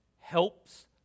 helps